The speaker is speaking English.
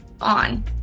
on